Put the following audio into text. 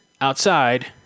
outside